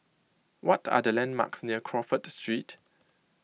what are the landmarks near Crawford Street